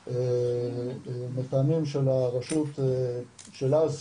המתאמים של הרשות של אז,